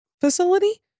facility